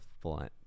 blunt